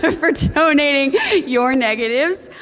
for for donating your negatives.